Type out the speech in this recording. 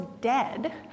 dead